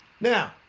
Now